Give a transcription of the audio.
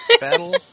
battle